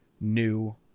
new